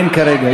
אין כרגע.